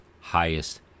highest